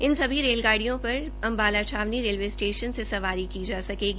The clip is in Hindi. इन सभी रेलगाडियों पर अम्बाला छावनी रेलवे स्टेशन से सवारी की जा सकेगी